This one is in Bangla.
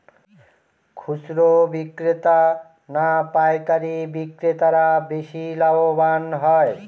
খুচরো বিক্রেতা না পাইকারী বিক্রেতারা বেশি লাভবান হয়?